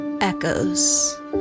echoes